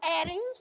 adding